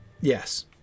Yes